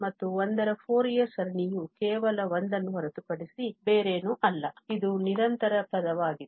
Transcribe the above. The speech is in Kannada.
ಮತ್ತು 1 ರ ಫೋರಿಯರ್ ಸರಣಿಯು ಕೇವಲ 1 ಅನ್ನು ಹೊರತುಪಡಿಸಿ ಬೇರೇನೂ ಅಲ್ಲ ಇದು ನಿರಂತರ ಪದವಾಗಿದೆ